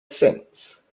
since